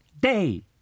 day